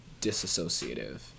disassociative